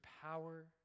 power